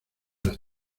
las